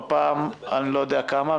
בפעם אני-לא-יודע-כמה,